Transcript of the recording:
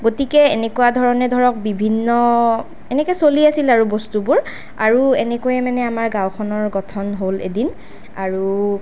গতিকে এনেকুৱা ধৰণে ধৰক বিভিন্ন এনেকৈ চলি আছিল আৰু বস্তুবোৰ আৰু এনেকৈয়ে মানে আমাৰ গাঁওখনৰ গঠন হ'ল এদিন আৰু